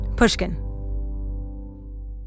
Pushkin